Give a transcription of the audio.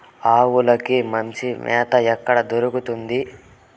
ఆవులకి మంచి మేత ఎక్కడ దొరుకుతుంది?